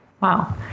wow